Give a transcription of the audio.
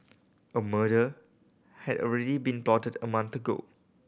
a murder had already been plotted a month ago